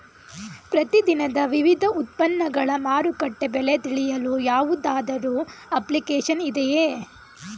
ಪ್ರತಿ ದಿನದ ವಿವಿಧ ಉತ್ಪನ್ನಗಳ ಮಾರುಕಟ್ಟೆ ಬೆಲೆ ತಿಳಿಯಲು ಯಾವುದಾದರು ಅಪ್ಲಿಕೇಶನ್ ಇದೆಯೇ?